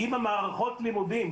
מערכות הלימודים,